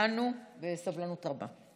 המתנו בסבלנות רבה.